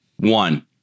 One